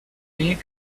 fig